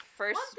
first